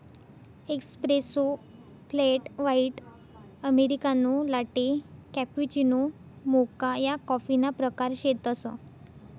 espresso, flat white, americano, latte, cappuccino, mocha या कॉफीना प्रकार शेतसं